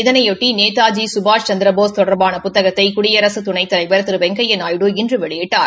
இதனையொட்டி நேதாஜி சுபாஷ் சந்திரபோஸ் தொடர்பான புத்தகத்தை குடியரசு துணைத்தலைவர் திரு வெங்கையா நாயுடு இன்று வெளியிட்டார்